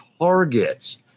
targets